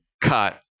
cut